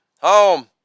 Home